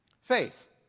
Faith